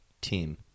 team